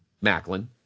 Macklin